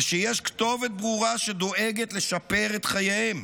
ושיש כתובת ברורה שדואגת לשפר את חייהם.